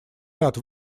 ряд